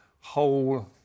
whole